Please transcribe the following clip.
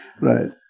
Right